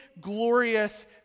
glorious